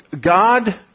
God